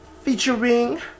featuring